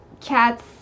cat's